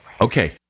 Okay